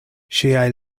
ŝiaj